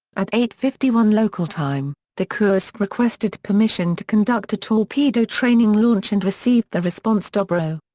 at eight fifty one local time, the kursk requested permission to conduct a torpedo training launch and received the response dobro.